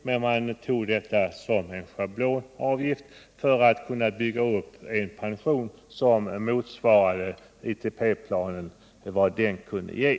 Men man tog detta som en schablonavgift för att kunna bygga upp en pension som motsvarade ITP-planen och vad den kunde ge.